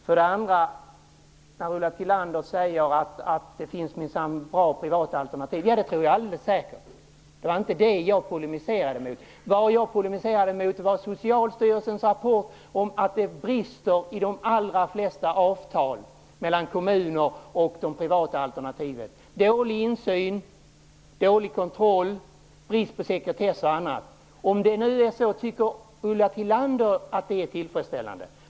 För det tredje: Ulla Tillander säger att det minsann finns bra privata alternativ. Ja, det tror jag alldeles säkert. Det var inte detta jag polemiserade mot. Det jag polemiserade mot var det som framkom i Socialstyrelsens rapport, nämligen att det brister i de allra flesta avtal mellan kommuner och de privata alternativen. Det är dålig insyn, dålig kontroll, brist på sekretess och annat. Tycker Ulla Tillander att det är tillfredsställande?